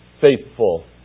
faithful